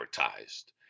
advertised